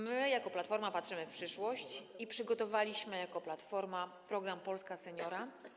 My jako Platforma patrzymy w przyszłość i przygotowaliśmy jako Platforma program „Polska seniora”